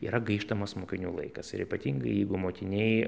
yra gaištamas mokinių laikas ir ypatingai jeigu mokiniai